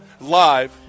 live